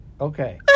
Okay